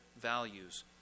values